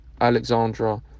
Alexandra